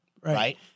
right